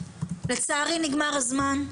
לצערי נגמר לנו הזמן,